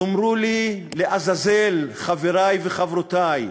תאמרו לי, לעזאזל, חברי וחברותי,